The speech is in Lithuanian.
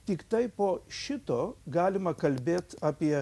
tiktai po šito galima kalbėt apie